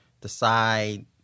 decide